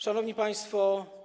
Szanowni Państwo!